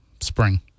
spring